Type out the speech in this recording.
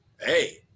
Hey